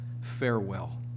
Farewell